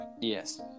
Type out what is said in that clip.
Yes